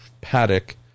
paddock